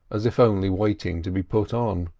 as if only waiting to be put on.